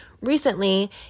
Recently